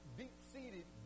deep-seated